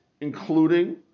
including